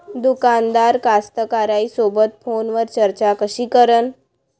दुकानदार कास्तकाराइसोबत फोनवर चर्चा कशी करन?